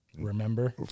Remember